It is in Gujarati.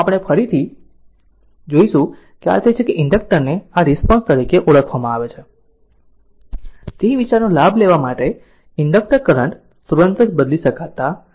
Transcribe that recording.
આમ આપણે પછીથી જોશું પણ આ તે છે કે જે ઇન્ડક્ટર ને આ રિસ્પોન્સ તરીકે ઓળખવામાં આવે છે તે વિચારનો લાભ લેવા માટે કે ઇન્ડક્ટર કરંટ તુરંત જ બદલી શકતા નથી